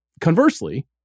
Conversely